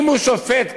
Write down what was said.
אם הוא שופט כאן,